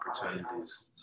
opportunities